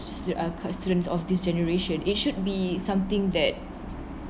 student are ca~ students of this generation it should be something that